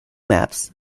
maps